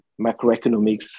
macroeconomics